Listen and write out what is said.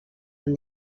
amb